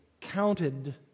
counted